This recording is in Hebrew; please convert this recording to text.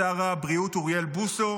שר הבריאות אוריאל בוסו.